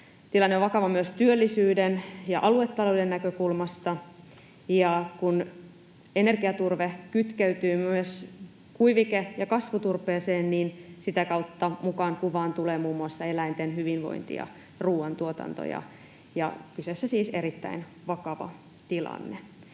Tilanne on vakava myös työllisyyden ja aluetalouden näkökulmasta, ja kun energiaturve kytkeytyy myös kuivike‑ ja kasvuturpeeseen, niin sitä kautta mukaan kuvaan tulee muun muassa eläinten hyvinvointi ja ruuantuotanto, ja kyseessä siis on erittäin vakava tilanne.